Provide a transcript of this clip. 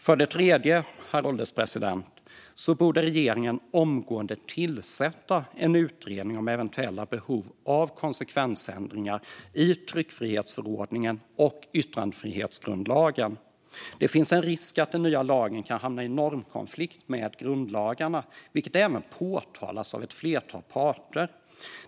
För det tredje, herr ålderspresident, borde regeringen omgående tillsätta en utredning om eventuella behov av konsekvensändringar i tryckfrihetsförordningen och i yttrandefrihetsgrundlagen. Det finns en risk att den nya lagen kan hamna i normkonflikt med grundlagarna, vilket även påtalas av ett flertal parter.